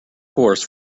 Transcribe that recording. horse